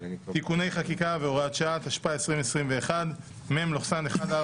(תיקוני חקיקה והוראת שעה), התשפ"א-2021 (מ/1443).